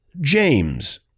James